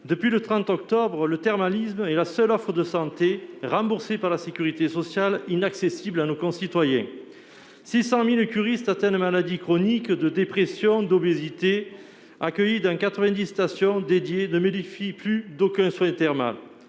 Depuis le 30 octobre dernier, le thermalisme est la seule offre de santé, remboursée par la sécurité sociale, qui est inaccessible à nos concitoyens. Quelque 600 000 curistes atteints de maladies chroniques, de dépression, d'obésité, accueillis dans 90 stations dédiées, ne bénéficient plus d'aucun soin thermal.